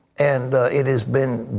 and it has been